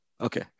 Okay